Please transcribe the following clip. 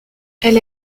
elle